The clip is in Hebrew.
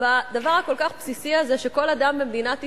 בדבר הכל-כך בסיסי הזה, שכל אדם במדינת ישראל,